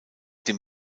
dem